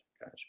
Gotcha